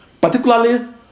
particularly